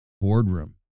boardroom